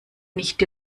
nicht